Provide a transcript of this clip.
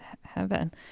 heaven